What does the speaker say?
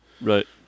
Right